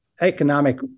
economic